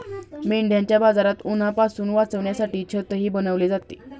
मेंढ्यांच्या बाजारात उन्हापासून वाचण्यासाठी छतही बनवले जाते